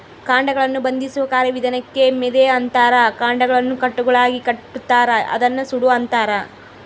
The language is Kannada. ಕಾಂಡಗಳನ್ನು ಬಂಧಿಸುವ ಕಾರ್ಯವಿಧಾನಕ್ಕೆ ಮೆದೆ ಅಂತಾರ ಕಾಂಡಗಳನ್ನು ಕಟ್ಟುಗಳಾಗಿಕಟ್ಟುತಾರ ಅದನ್ನ ಸೂಡು ಅಂತಾರ